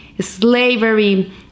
slavery